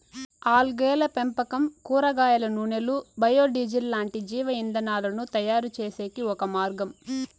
ఆల్గేల పెంపకం కూరగాయల నూనెలు, బయో డీజిల్ లాంటి జీవ ఇంధనాలను తయారుచేసేకి ఒక మార్గం